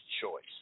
choice